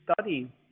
study